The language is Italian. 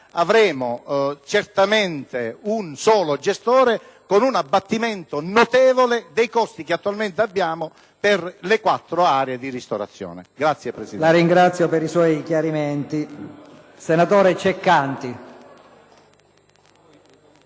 avremo certamente un solo gestore, con un abbattimento notevole dei costi che attualmente abbiamo per le quattro aree di ristorazione. (Applausi del